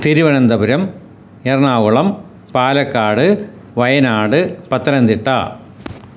Thiruvananthapuram Ernakulam Palakkad Wayanad Pathanamthitta